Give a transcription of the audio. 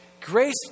grace